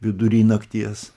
vidury nakties